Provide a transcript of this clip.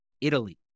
Italy